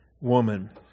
woman